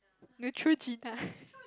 Neutrogena